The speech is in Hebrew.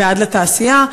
ועד לתעשייה.